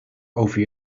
over